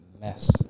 mess